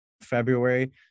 February